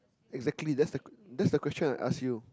exactly that's the q~ that's the question I ask you